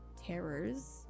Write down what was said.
terrors